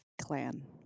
Clan